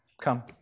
come